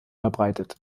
verbreitet